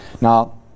now